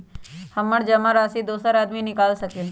हमरा जमा राशि दोसर आदमी निकाल सकील?